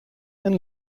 and